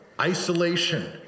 isolation